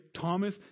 Thomas